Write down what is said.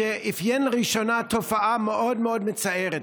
שאפיין לראשונה תופעה מאוד מאוד מצערת: